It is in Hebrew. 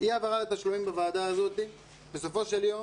שאי העברת תשלומים בוועדה הזו בסופו של יום